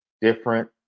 different